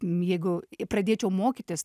m jeigu pradėčiau mokytis